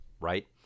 right